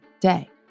day